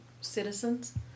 citizens